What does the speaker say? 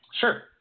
Sure